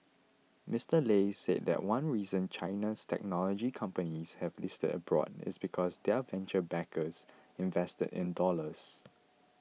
Mister Lei said that one reason China's technology companies have listed abroad is because their venture backers invested in dollars